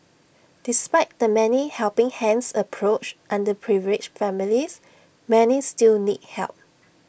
despite the 'many helping hands' approach underprivileged families many still need help